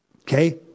okay